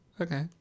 Okay